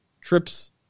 trips